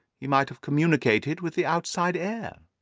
he might have communicated with the outside air!